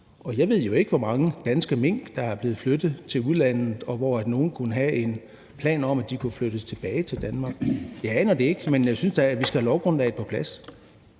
jeg ved jo ikke, hvor mange danske mink der er blevet flyttet til udlandet, og hvor nogle kunne have en plan om, at de kunne flyttes tilbage til Danmark. Jeg aner det ikke, men jeg synes da, at vi skal have lovgrundlaget på plads.